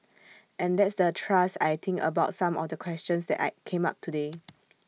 and that's the thrust I think about some of the questions that I came up today